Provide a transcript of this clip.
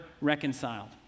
reconciled